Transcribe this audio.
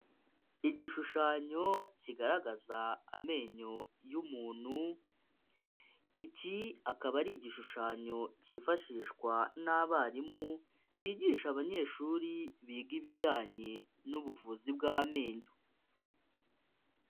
Igishushanyo kigaragaza amenyo y'umuntu. Iki akaba ari igishushanyo cyifashishwa n'abarimu bigisha abanyeshuri biga ibijyanye n'ubuvuzi bw'amenyo.